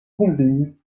believe